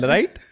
Right